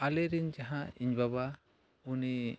ᱟᱞᱮ ᱨᱤᱱ ᱡᱟᱦᱟᱸᱭ ᱤᱧ ᱵᱟᱵᱟ ᱩᱱᱤ